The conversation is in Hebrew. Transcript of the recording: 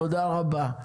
תודה רבה.